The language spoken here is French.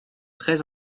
très